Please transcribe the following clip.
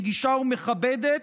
נגישה ומכבדת.